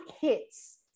hits